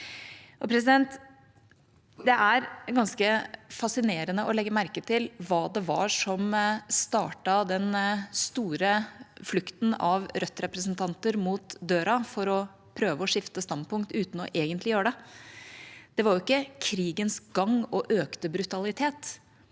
Det er ganske fascinerende å legge merke til hva det var som startet den store flukten av Rødt-representanter mot døra for å prøve å skifte standpunkt uten egentlig å gjøre det. Det var ikke krigens gang og økte brutalitet.